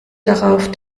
darauf